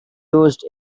used